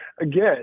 again